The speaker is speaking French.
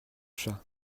chat